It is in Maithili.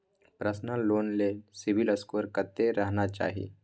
पर्सनल लोन ले सिबिल स्कोर कत्ते रहना चाही?